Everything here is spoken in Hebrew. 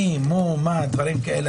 כאן מחמירים